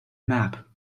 map